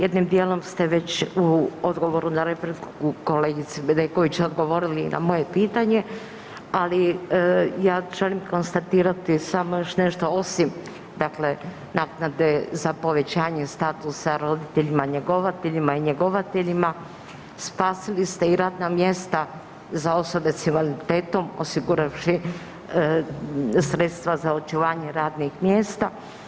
Jednim dijelom ste već u odgovoru na repliku kolegici Bedeković odgovorili na moje pitanje, ali ja želim konstatirati samo još nešto, osim naknade za povećanje statusa roditeljima njegovateljima i njegovateljima spasili ste i radna mjesta za osobe s invaliditetom osiguravši sredstva za očuvanje radnih mjesta.